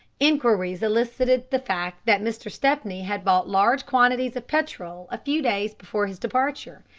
inquiries elicited the fact that mr. stepney had bought large quantities of petrol a few days before his departure,